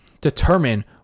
determine